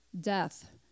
Death